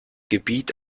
gebiet